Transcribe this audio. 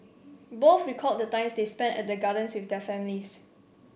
both recalled the times they spent at the gardens with their families